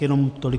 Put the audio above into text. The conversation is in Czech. Jenom tolik.